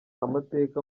amateka